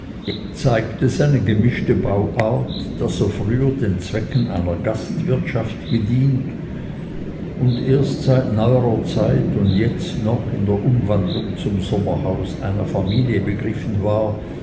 zeigte seine gemischte bauart daß er früher den zwecken einer gastwirtschaft gedient und erst seit neuerer zeit und jetzt noch in der umwandlung zum sommerhaus einer familie begriffen war